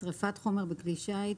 שריפת חומר בכלי שיט